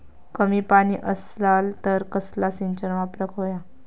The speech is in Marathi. कमी पाणी असला तर कसला सिंचन वापराक होया?